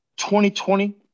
2020